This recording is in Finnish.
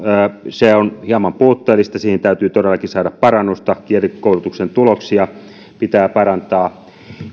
se on hieman puutteellista siihen täytyy todellakin saada parannusta kielikoulutuksen tuloksia pitää parantaa